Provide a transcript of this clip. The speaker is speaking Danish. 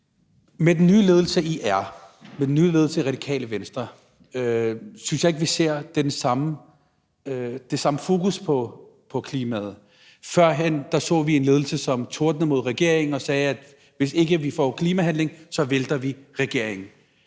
Så tusind tak for det. Med den nye ledelse i Radikale Venstre synes jeg ikke vi ser det samme fokus på klimaet. Førhen så vi en ledelse, som tordnede mod regeringen og sagde, at hvis ikke vi får klimahandling, så vælter vi regeringen.